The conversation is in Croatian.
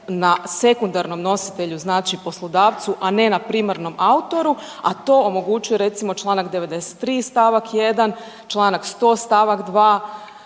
na sekundarnom nositelju znači poslodavcu, a ne na primarnom autoru, a to omogućuje recimo Članak 93. stavak 1., Članak 100. stavak 2.